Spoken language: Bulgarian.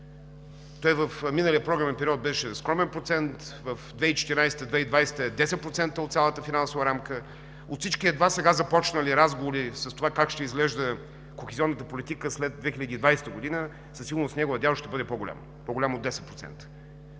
В миналия програмен период беше скромен процент, в 2014 – 2020 е 10% от цялата финансова рамка. От всички едва сега започнали разговори, с това как ще изглежда кохезионната политика след 2020 г., със сигурност неговият дял ще бъде по-голям, по-голям от 10%.